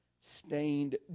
Stained